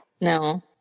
No